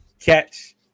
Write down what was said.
Catch